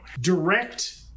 Direct